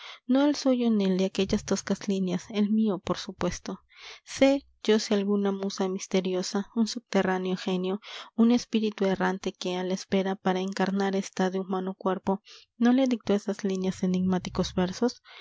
no el suyo ni elde aquellas toscas líneas el mío por supuestosé yo si alguna musa misteriosa un subterráneo genio un espíritu errante que a la espera para encarnar está de humano cuerpo no le dictó esas líneas enigmáticos versos